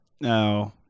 No